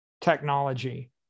technology